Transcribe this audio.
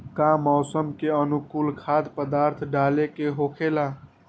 का मौसम के अनुकूल खाद्य पदार्थ डाले के होखेला?